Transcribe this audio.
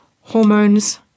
hormones